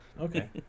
Okay